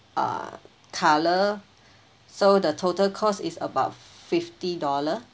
uh colour so the total cost is about fifty dollars